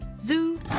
Zoo